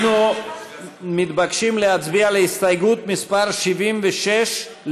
אנחנו מתבקשים להצביע על הסתייגות מס' 76,